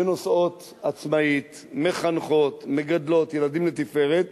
שנוסעות עצמאית, מחנכות, מגדלות ילדים לתפארת